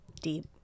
Deep